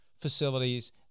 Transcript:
facilities